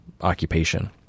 occupation